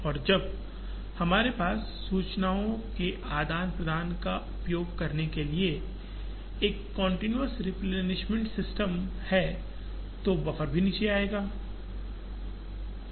और जब हमारे पास सूचनाओं के आदान प्रदान का उपयोग करने के लिए एक कंटीन्यूअस रेप्लेनिशमेंट सिस्टम है तो बफर भी नीचे आ जाएगा